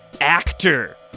actor